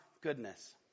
goodness